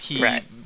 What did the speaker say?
Right